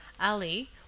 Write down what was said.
ali